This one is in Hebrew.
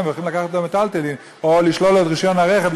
והולכים לקחת לו את המיטלטלין או לשלול לו את רישיון הרכב,